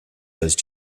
those